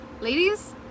ladies